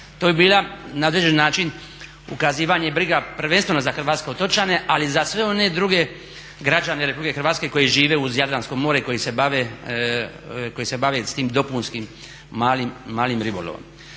To bi bila na određeni način ukazivanje briga prvenstveno za hrvatske otočne, ali i za sve one druge građane RH koji žive uz Jadransko more, koji se bave s tim dopunskim malim ribolovom.